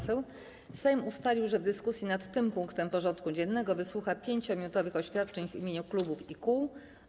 Sejm ustalił, że w dyskusji nad tym punktem porządku dziennego wysłucha 5-minutowych oświadczeń w imieniu klubów i kół.